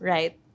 Right